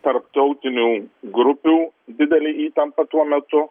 tarptautinių grupių didelė įtampa tuo metu